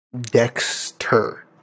Dexter